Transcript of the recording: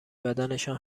بدنشان